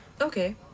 Okay